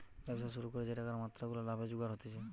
ব্যবসা করে যে টাকার মাত্রা গুলা লাভে জুগার হতিছে